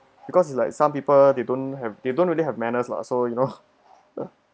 because it's like some people they don't have they don't really have manners lah so you know